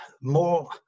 more